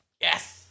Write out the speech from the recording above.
Yes